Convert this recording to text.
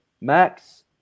Max